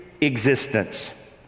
existence